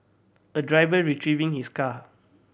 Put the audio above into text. a driver retrieving his car